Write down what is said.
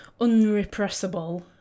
unrepressible